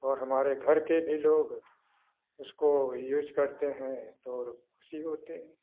और हमारे घर के भी लोग इसको यूज करते हैं तो और खुशी होते हैं